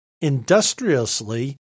industriously